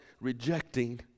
rejecting